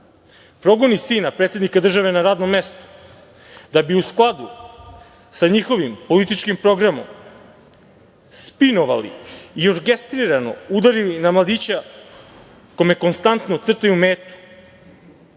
progoni sina predsednika države na radnom mestu, da bi u skladu sa njihovim političkim programom spinovali i orkestrirano udarili na mladića kome konstantno crtaju metu,